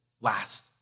last